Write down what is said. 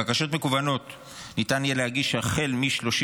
בקשות מקוונות ניתן יהיה להגיש החל מ-30